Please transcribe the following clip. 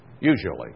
Usually